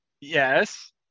Yes